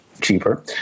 cheaper